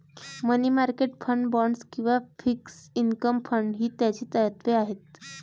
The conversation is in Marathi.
मनी मार्केट फंड, बाँड्स किंवा फिक्स्ड इन्कम फंड ही त्याची तत्त्वे आहेत